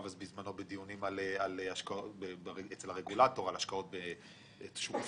בזמנו בדיונים אצל הרגולטור על השקעות בשכירות,